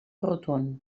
rotund